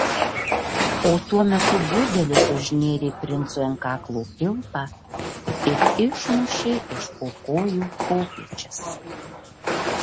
o tuo metu budelis užnėrė princui ant kaklo kilpą ir išmušė iš po kojų kopėčias